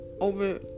over